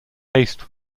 haste